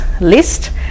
list